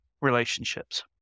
relationships